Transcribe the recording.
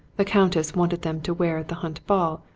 the countess wanted them to wear at the hunt ball,